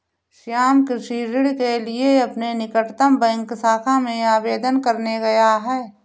श्याम कृषि ऋण के लिए अपने निकटतम बैंक शाखा में आवेदन करने गया है